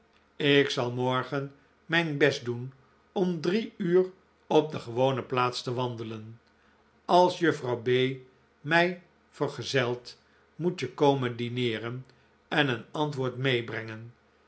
ik zal morgen mijn best doen om drie uur op de gewone plaats te wandelen als juffrouw b mij vergezelt moet je komen dineeren en een antwoord meebrengen